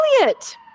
elliot